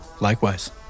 Likewise